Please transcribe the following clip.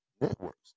networks